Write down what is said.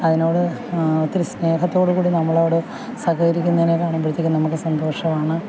അതിനോട് ഒത്തിരി സ്നേഹത്തോടു കൂടി നമ്മളോട് സഹകരിക്കുന്നതിനെ കാണുമ്പോഴേക്കും നമുക്ക് സന്തോഷം ആണ്